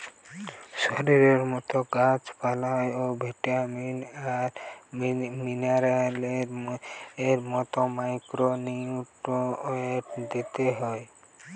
শরীরের মতো গাছ পালায় ও ভিটামিন আর মিনারেলস এর মতো মাইক্রো নিউট্রিয়েন্টস দিতে হয়